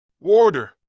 order